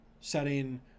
setting